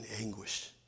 anguish